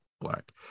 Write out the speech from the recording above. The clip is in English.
black